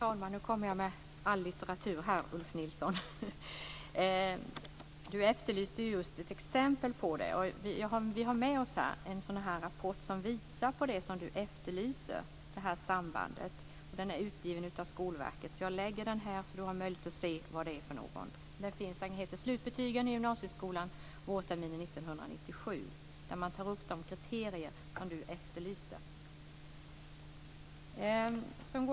Fru talman! Nu kommer jag med litteratur som Ulf Nilsson efterlyste exempel på. Jag har här en rapport som visar på det samband som Ulf Nilsson efterlyser, och den är utgiven av Skolverket. Jag lägger den här på bordet så att Ulf Nilsson har möjlighet att titta på den. Den heter Skolbetygen i gymnasieskolan vårterminen 1997. Där tar man upp de kriterier som Ulf Nilsson efterlyste.